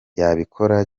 yabikora